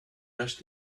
rushed